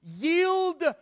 Yield